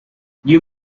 you